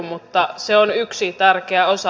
mutta se on yksi tärkeä osa